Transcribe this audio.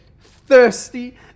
Thirsty